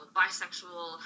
bisexual